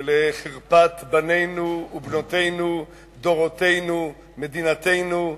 ולחרפת בנינו ובנותינו, דורותינו, מדינתנו,